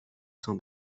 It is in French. sans